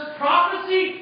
prophecy